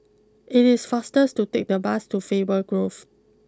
it is faster to take the bus to Faber Grove